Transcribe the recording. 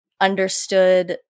understood